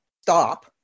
stop